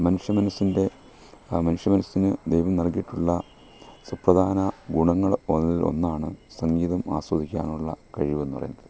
മനുഷ്യ മനസ്സിൻ്റെ ആ മനുഷ്യ മനസ്സിന് ദൈവം നൽകിയിട്ടുള്ള സുപ്രധാന ഗുണങ്ങൾ ഒന്നാണ് സംഗീതം ആസ്വദിക്കാനുള്ള കഴിവെന്ന് പറയുന്നത്